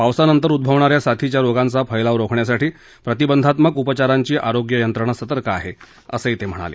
पावसानंतर उदभवणाऱ्या साथीच्या रोगांचा फैलाव रोखण्यासाठी प्रतिबंधात्मक उपचारांची आरोग्य यंत्रणा सतर्क आहे असही ते म्हणाले